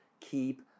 keep